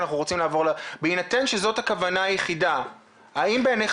בהינתן שזו הכוונה היחידה האם בעיניך